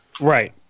Right